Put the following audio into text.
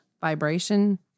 vibration